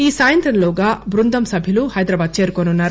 ఈ సాయంత్రంలోగా బృందం సభ్యులు హైదరాబాద్ చేరుకోనున్నారు